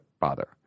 bother